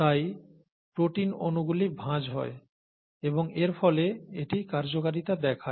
তাই প্রোটিন অনুগুলি ভাঁজ হয় এবং এর ফলে এটি কার্যকারিতা দেখায়